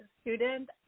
student